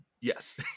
yes